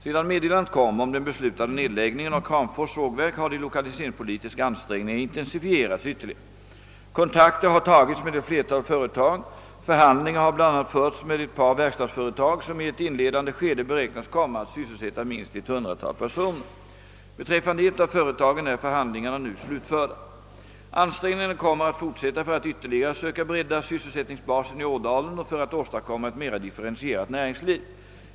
Sedan meddelandet kom om den beslutade nedläggningen av Kramfors sågverk har de lokaliseringspolitiska ansträngningarna intensifierats ytterligare. Kontakter har tagits med ett flertal företag. Förhandlingar har bl.a. förts med ett par verkstadsföretag, som i ett inledande skede beräknas komma att sysselsätta minst ett 100-tal personer. Beträffande ett av företagen är förhandlingarna nu slutförda. Ansträngningarna kommer att fortsätta för att ytterligare söka bredda sysselsättningsbasen i Ådalen och för att åstadkomma ett mera differentierat näringsliv.